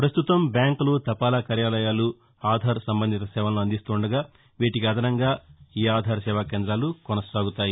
పస్తుతం బ్యాంకులు తపాలా కార్యాలయాలు ఆధార్ సంబంధిత సేవలను అందిస్తుండగా వీటికి అదనంగా ఆధార్ సేవా కేంద్రాలు కొనసాగుతాయి